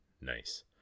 nice